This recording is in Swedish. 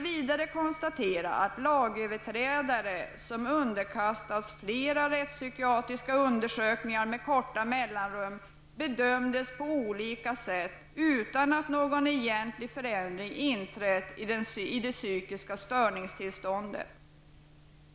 Vidare konstaterade man att lagöverträdare som underkastats flera rättspsykiatriska undersökningar med korta mellanrum bedömdes på olika sätt, utan att någon egentlig förändring inträtt i det psykiska störningstillståndet.